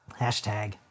Hashtag